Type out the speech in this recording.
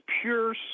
pure